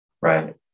right